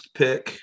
pick